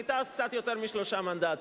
היא היתה אז קצת יותר משלושה מנדטים,